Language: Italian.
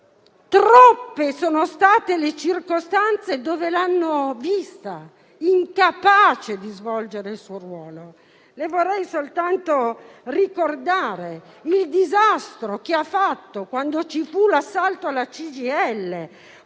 troppe sono state le circostanze che l'hanno vista incapace di svolgere il suo ruolo. Le vorrei soltanto ricordare il disastro che ha fatto quando in occasione dell'assalto alla CGIL,